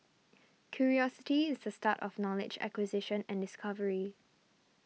curiosity is the start of knowledge acquisition and discovery